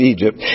Egypt